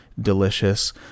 delicious